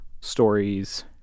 stories